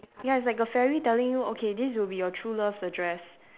ya it's like the fairy telling you okay this will be your true love's address